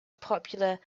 popular